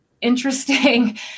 interesting